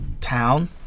town